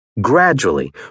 Gradually